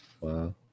Wow